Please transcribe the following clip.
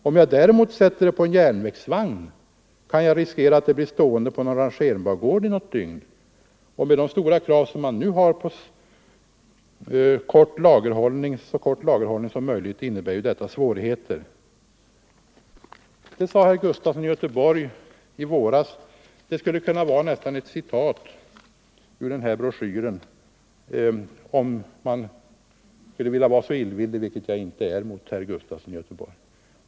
Om jag däremot sätter det på en järnvägsvagn, kan jag riskera att det blir stående på någon rangerbangård i något dygn, och med de stora krav som man nu har på så kort lagerhållning som möjligt innebär ju detta svårigheter.” ” Om jag ville vara illvillig skulle jag kunna säga att det uttalandet kunde vara ett citat ur den här broschyren. Så illvillig är jag emellertid inte.